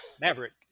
Maverick